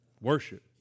Worship